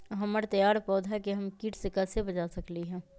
हमर तैयार पौधा के हम किट से कैसे बचा सकलि ह?